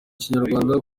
kinyarwanda